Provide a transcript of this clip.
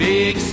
Big